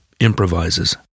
improvises